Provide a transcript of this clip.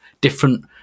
different